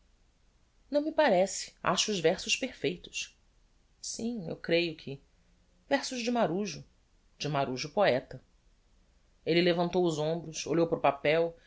não me parece acho os versos perfeitos sim eu creio que versos de marujo de marujo poeta elle levantou os hombros olhou para o papel